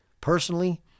Personally